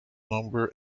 number